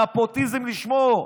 נפוטיזם לשמו.